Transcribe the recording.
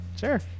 Sure